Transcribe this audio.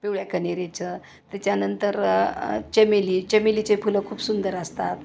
पिवळ्या कण्हेरीचं त्याच्यानंतर चमेली चमेलीचे फुलं खूप सुंदर असतात